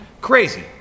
Crazy